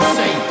say